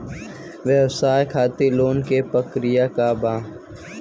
व्यवसाय खातीर लोन के प्रक्रिया का बा?